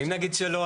ואם נגיד שלא?